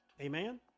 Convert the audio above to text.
Amen